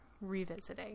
revisiting